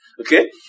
Okay